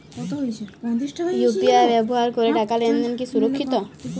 UPI ব্যবহার করে টাকা লেনদেন কি সুরক্ষিত?